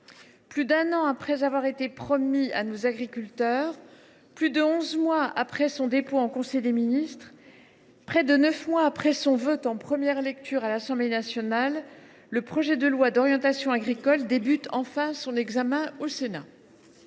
Plus d’un an après avoir été promis à nos agriculteurs, plus de onze mois après son dépôt en conseil des ministres, près de neuf mois après son vote en première lecture à l’Assemblée nationale, le projet de loi d’orientation agricole voit enfin s’engager son